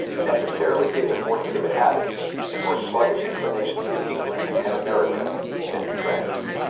necessarily give him more timid habits and more sluggish inclinations in england and america than in france.